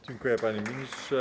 Dziękuję, panie ministrze.